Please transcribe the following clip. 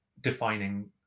defining